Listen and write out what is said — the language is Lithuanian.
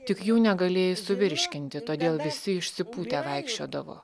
tik jų negalėjai suvirškinti todėl visi išsipūtę vaikščiodavo